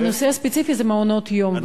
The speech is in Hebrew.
הנושא הספציפי זה מעונות-יום,